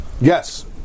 Yes